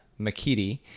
Makiti